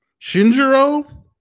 Shinjiro